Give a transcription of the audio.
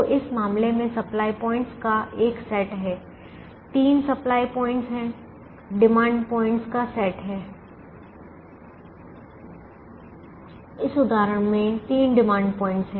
तो इस मामले में सप्लाय पॉइंटस का एक सेट है तीन सप्लाय पॉइंटस हैं डिमांड पॉइंटस का सेट हैं इस उदाहरण में तीन डिमांड पॉइंटस हैं